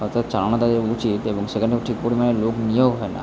অর্থাৎ চালানো তাদের উচিত এবং সেখানেও ঠিক পরিমাণে লোক নিয়োগ হয় না